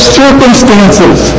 circumstances